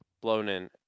Blown-in